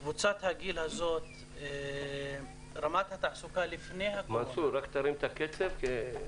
אחוז התעסוקה בקבוצת הגיל הזאת הוא 53%. ב-2012 כאשר לממשלה היה יעד של